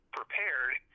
prepared –